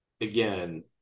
again